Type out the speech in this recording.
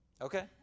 okay